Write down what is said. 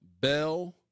Bell